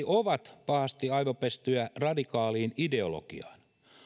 ovat pahasti aivopestyjä radikaaliin ideologiaan